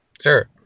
Sure